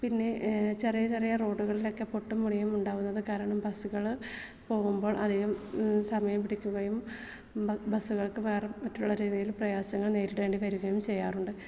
പിന്നെ ചെറിയ ചെറിയ റോഡുകളിലൊക്കെ പൊട്ടും പൊടിയും ഉണ്ടാവുന്നത് കാരണം ബസ്സുകള് പോവുമ്പോൾ അധികം സമയം പിടിക്കുകയും ബ ബസ്സുകള്ക്ക് പകരം മറ്റുള്ള രീതിയിൽ പ്രയാസങ്ങള് നേരിടേണ്ടി വരുകയും ചെയ്യാറുണ്ട്